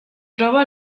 troba